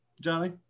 Johnny